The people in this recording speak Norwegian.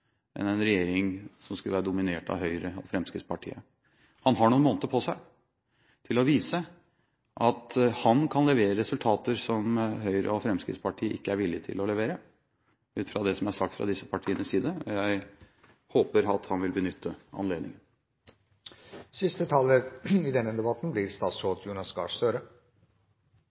enn en regjering dominert av Høyre og Fremskrittspartiet. Han har noen måneder på seg til å vise at han kan levere resultater som Høyre og Fremskrittspartiet ikke er villige til å levere, ut fra det som er sagt fra disse partienes side. Jeg håper at han vil benytte anledningen.